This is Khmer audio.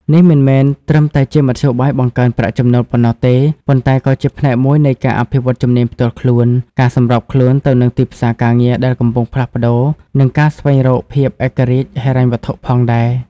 នេះមិនមែនត្រឹមតែជាមធ្យោបាយបង្កើនប្រាក់ចំណូលប៉ុណ្ណោះទេ ប៉ុន្តែក៏ជាផ្នែកមួយនៃការអភិវឌ្ឍជំនាញផ្ទាល់ខ្លួន ការសម្របខ្លួនទៅនឹងទីផ្សារការងារដែលកំពុងផ្លាស់ប្តូរ និងការស្វែងរកភាពឯករាជ្យហិរញ្ញវត្ថុផងដែរ។